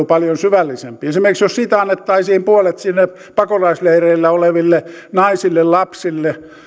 paljon syvällisempi esimerkiksi jos siitä annettaisiin puolet sinne pakolaisleireillä oleville naisille lapsille